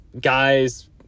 guys